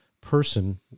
person